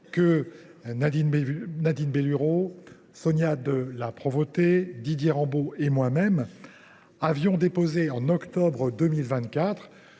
que Nadine Bellurot, Sonia de La Provôté, Didier Rambaud et moi même avons déposée en octobre 2024